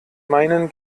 meinen